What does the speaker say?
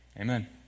amen